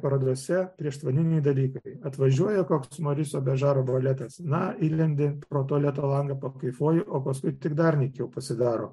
parodose prieštvaniniai dalykai atvažiuoja koks moriso bežaro baletas na įlendi pro tualeto langą pakaifuoji o paskui tik dar nykiau pasidaro